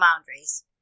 boundaries